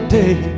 day